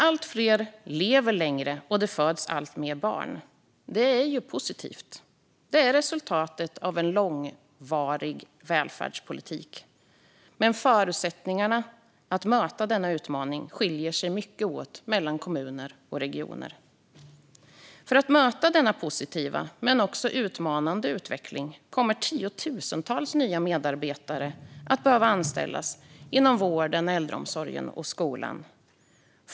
Allt fler lever längre, och det föds allt fler barn. Det är positivt. Det är resultatet av en långvarig välfärdspolitik. Men förutsättningarna för att möta denna utmaning skiljer sig mycket åt mellan kommuner och regioner. För att möta denna positiva men också utmanande utveckling kommer tiotusentals nya medarbetare att behöva anställas inom vården, äldreomsorgen och skolan.